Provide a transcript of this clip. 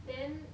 then